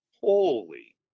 Holy